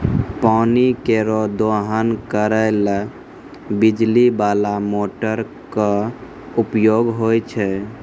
पानी केरो दोहन करै ल बिजली बाला मोटर क उपयोग होय छै